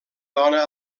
dona